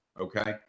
okay